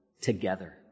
together